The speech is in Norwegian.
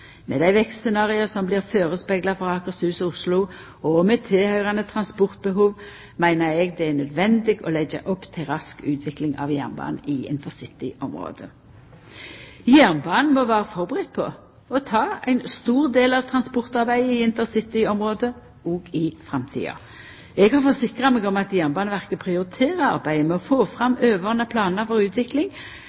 Med dei vekstscenaria som blir førespegla for Akershus og Oslo, og med tilhøyrande transportbehov, meiner eg det er nødvendig å leggja opp til ei rask utvikling av Jernbanen i intercityområdet. Jernbanen må vera førebudd på å ta ein stor del av transportarbeidet i intercityområdet òg i framtida. Eg har forsikra meg om at Jernbaneverket prioriterer arbeidet med å få fram overordna planar for utvikling